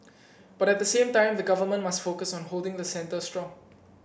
but at the same time the Government must focus on holding the centre strong